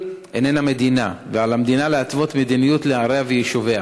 ועל המדינה להתוות מדיניות לעריה וליישוביה.